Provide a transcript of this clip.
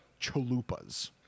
chalupas